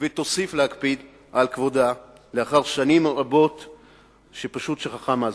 ותוסיף להקפיד על כבודה לאחר שנים רבות שפשוט שכחה מה זה.